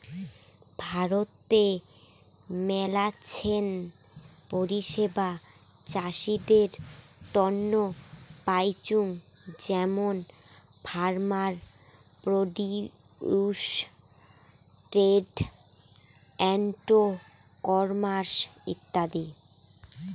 ভারতে মেলাছেন পরিষেবা চাষীদের তন্ন পাইচুঙ যেমন farmer produce trade and commerce ইত্যাদি